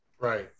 Right